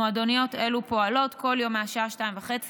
מועדוניות אלו פועלות כל יום מהשעה 14:30